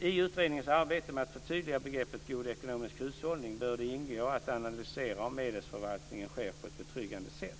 I utredningens arbete med att förtydliga begreppet god ekonomisk hushållning bör det ingå att analysera om medelsförvaltningen sker på ett betryggande sätt.